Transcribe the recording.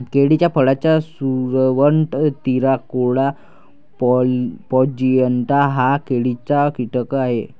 केळीच्या फळाचा सुरवंट, तिराकोला प्लॅजिएटा हा केळीचा कीटक आहे